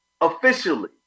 Officially